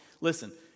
Listen